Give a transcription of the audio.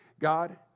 God